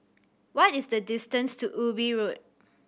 what is the distance to Ubi Road